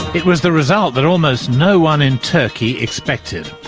it was the result that almost no one in turkey expected.